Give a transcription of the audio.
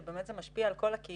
שזה באמת משפיע על כל הקהילה,